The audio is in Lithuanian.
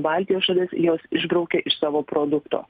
baltijos šalis jos išbraukia iš savo produkto